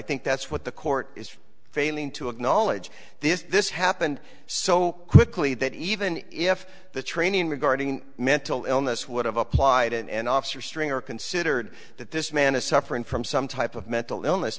think that's what the court is for failing to acknowledge this happened so quickly that even if the training regarding mental illness would have applied and officer stringer considered that this man is suffering from some type of mental illness